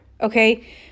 Okay